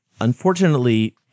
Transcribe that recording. Unfortunately